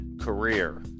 career